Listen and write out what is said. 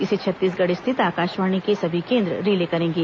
इसे छत्तीसगढ़ स्थित आकाशवाणी के सभी केंद्र रिले करेंगे